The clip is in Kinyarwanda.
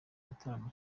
gitaramo